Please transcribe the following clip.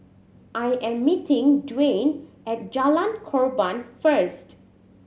I am meeting Dwain at Jalan Korban first